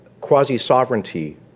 quasi-sovereignty